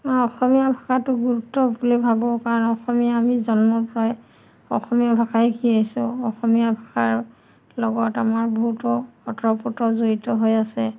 মই অসমীয়া ভাষাটো গুৰুত্ব বুলি ভাবোঁ কাৰণ অসমীয়া আমি জন্মৰ পৰাই অসমীয়া ভাষাই শিকি আহিছোঁ অসমীয়া ভাষাৰ লগত আমাৰ বহুতো ওতঃপুত জড়িত হৈ আছে